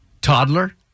Toddler